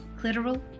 clitoral